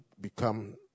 become